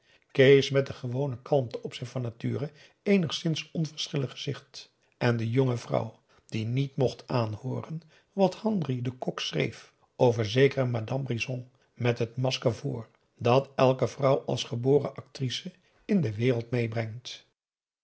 kees met de gewone kalmte op zijn van nature eenigszins onverschillig gezicht en de jonge vrouw die niet mocht p a daum hoe hij raad van indië werd onder ps maurits aanhooren wat henry de kock schreef over zekere madame brisson met het masker voor dat elke vrouw als geboren actrice in de wereld meêbrengt